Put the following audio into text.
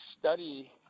study